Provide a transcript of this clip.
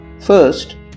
First